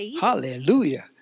Hallelujah